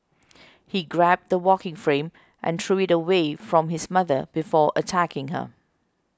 he grabbed the walking frame and threw it away from his mother before attacking her